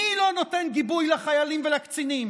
מי לא נותן גיבוי לחיילים ולקצינים,